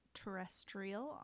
terrestrial